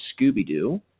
Scooby-Doo